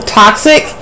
toxic